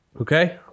Okay